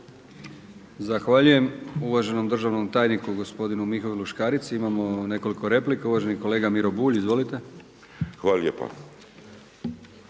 Zahvaljujem uvaženom državnom tajniku gospodinu Mihovilu Škarici. Imamo nekoliko replika. Uvaženi kolega Miro Bulj. Izvolite. **Bulj,